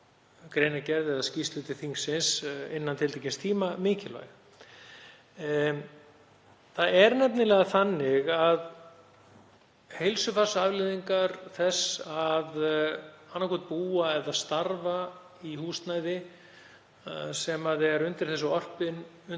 greinargerð eða skýrslu til þingsins innan tiltekins tíma mikilvægur. Það er nefnilega þannig að heilsufarsafleiðingar þess að annaðhvort búa eða starfa í húsnæði sem er undir þessu orpið getur